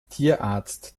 tierarzt